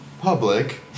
public